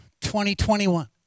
2021